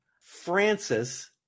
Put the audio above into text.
Francis